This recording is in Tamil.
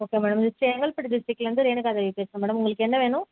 ஓகே மேடம் இது செங்கல்பட்டு டிஸ்ட்டிக்லேந்து ரேணுகாதேவி பேசுகிறேன் மேடம் உங்களுக்கு என்ன வேணும்